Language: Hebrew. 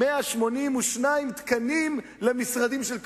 182 תקנים למשרדים של כלום.